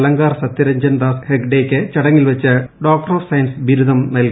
അലങ്കർ സത്യരജ്ഞൻ ദാസ് ഹെഗ്ഡേയ്ക്ക് ചടങ്ങിൽ പ്പ്പ് ഡോക്ടർ ഓഫ് സയൻസ് ബിരുദം നൽകും